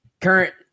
current